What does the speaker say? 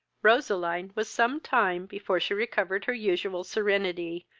roseline was some time before she recovered her usual serenity,